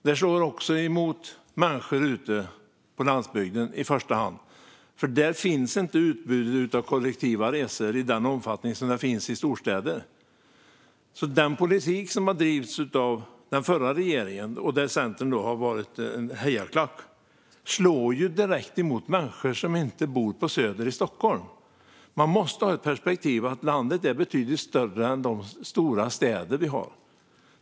Detta slår i första hand mot människor ute på landsbygden, eftersom det där inte finns ett utbud av kollektiva resor i den omfattning som finns i storstäder. Den politik som har drivits av den förra regeringen, där Centern har varit en hejarklack, slår direkt mot människor som inte bor på Söder i Stockholm. Man måste ha perspektivet att landet är betydligt större än de stora städer som vi har.